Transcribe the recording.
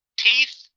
Teeth